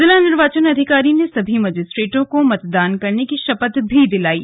जिला निर्वाचन अधिकारी ने सभी मजिस्ट्रेटों को मतदान करने की शपथ भी दिलायी